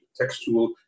textual